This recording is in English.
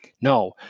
No